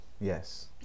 yes